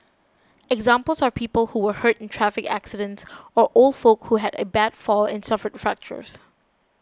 examples are people who were hurt in traffic accidents or old folk who had a bad fall and suffered fractures